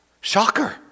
Shocker